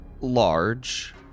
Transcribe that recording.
large